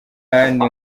kandi